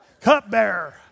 Cupbearer